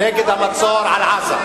נגד המצור על עזה.